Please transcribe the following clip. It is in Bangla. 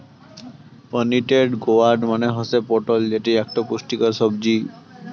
পোনিটেড গোয়ার্ড মানে হসে পটল যেটি আকটো পুষ্টিকর সাব্জি